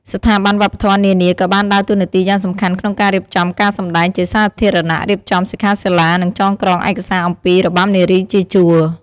ស្ថាប័នវប្បធម៌នានាក៏បានដើរតួនាទីយ៉ាងសំខាន់ក្នុងការរៀបចំការសម្តែងជាសាធារណៈ រៀបចំសិក្ខាសាលា និងចងក្រងឯកសារអំពីរបាំនារីជាជួរ។